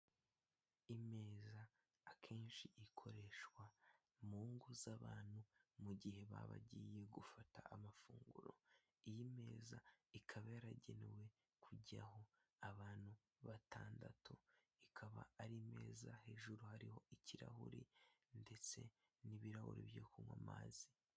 Ameza akenshi akoreshwa mu ngo z'abantu mu gihe baba bagiye gufata amafunguro, aya meza akaba yaragenewe kujyaho abantu batandatu, akaba ari ameza hejuru hariho ikirahuri ndetse n'ibirahuri byo kunywa amazi.